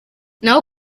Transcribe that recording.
naho